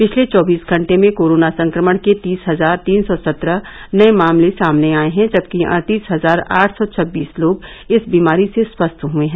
पिछले चौबीस घंटे में कोरोना संक्रमण के तीस हजार तीन सौ सत्रह नए मामले सामने आए हैं जबकि अड़तीस हजार आठ सौ छब्बीस लोग इस बीमारी से स्वस्थ हए हैं